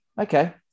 Okay